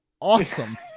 awesome